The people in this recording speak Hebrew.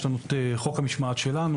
יש לנו את חוק המשמעת שלנו,